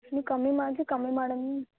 ನೀವು ಕಮ್ಮಿ ಮಾಡಿರಿ ಕಮ್ಮಿ ಮಾಡೋಣ